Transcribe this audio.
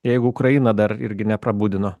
jeigu ukraina dar irgi neprabudino